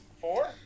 four